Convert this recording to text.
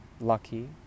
lucky